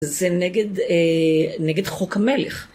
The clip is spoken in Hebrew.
זה נגד חוק המלך.